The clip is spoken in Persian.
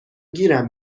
گیرم